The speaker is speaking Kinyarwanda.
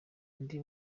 ndi